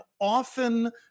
often